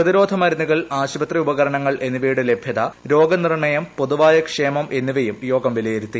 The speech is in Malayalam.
പ്രതിരോധ മരുന്നുകൾ ആശുപത്രി ഉപകരണങ്ങൾ എന്നിവയുടെ ലഭ്യത രോഗനിർണയം പൊതുവായ ക്ഷേമഠ എന്നിവയും യോഗം വിലയിരുത്തി